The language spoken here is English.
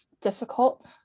difficult